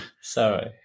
Sorry